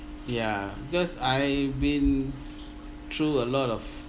ya because I've been through a lot of